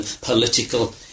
political